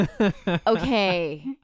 Okay